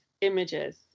images